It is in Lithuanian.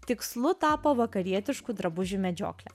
tikslu tapo vakarietiškų drabužių medžioklė